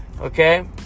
Okay